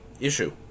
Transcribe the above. issue